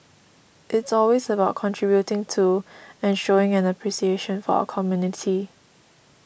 it's always about contributing to and showing an appreciation for our community